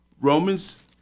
Romans